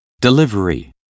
delivery